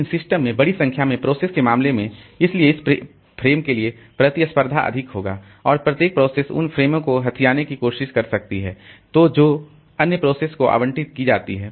लेकिन सिस्टम में बड़ी संख्या में प्रोसेस के मामले में इसलिए इस फ़्रेम के लिए प्रतिस्पर्धा अधिक होगा और प्रत्येक प्रोसेस उन फ़्रेमों को हथियाने की कोशिश कर सकती है जो अन्य प्रोसेस को आवंटित की जाती हैं